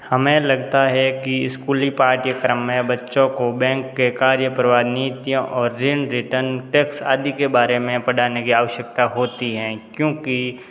हमें लगता है कि स्कूली पाठ्यक्रम में बच्चों को बैंक के कार्य प्रवाह नीतियों और ऋण रिटर्न टैक्स आदि के बारे में पढ़ाने की आवश्यकता होती है क्योंकि